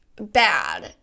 bad